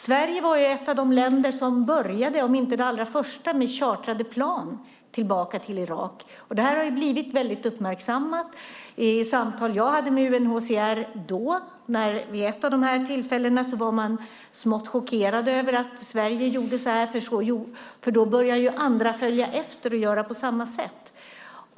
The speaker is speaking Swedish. Sverige var ett av de länder - om inte det första - som började med chartrade plan tillbaka till Irak. Det har blivit mycket uppmärksammat. I samtal som jag hade med UNHCR vid ett av de tillfällena var man smått chockerad över att Sverige gjorde så här eftersom andra följde efter och gjorde på samma sätt.